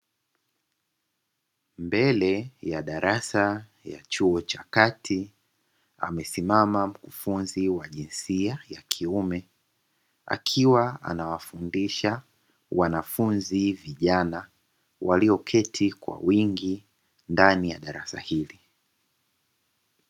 Mbele ya darasa ya chuo cha kati amesimama mkufunzi wa jinsia ya kiume, akiwa anawafundisha wanafunzi vijana. Walioketi kwa wingi ndani ya darasa hili.